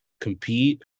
compete